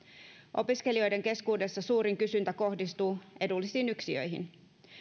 opiskelijoiden keskuudessa suurin kysyntä kohdistuu edullisiin yksiöihin